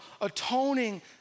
atoning